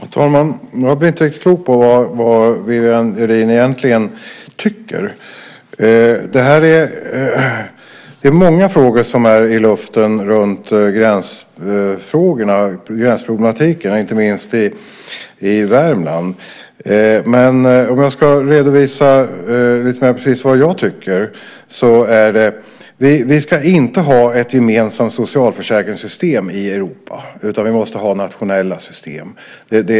Herr talman! Jag blir inte riktigt klok på vad Viviann Gerdin egentligen tycker. Det är många frågor i luften runt gränsproblematiken inte minst i Värmland. Om jag ska redovisa vad jag tycker så är det att vi inte ska ha ett gemensamt socialförsäkringssystem i Europa, utan vi måste ha nationella system.